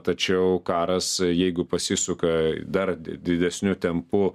tačiau karas jeigu pasisuka dar didesniu tempu